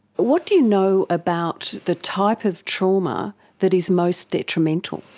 what do you know about the type of trauma that is most detrimental?